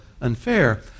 unfair